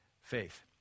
faith